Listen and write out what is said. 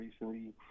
recently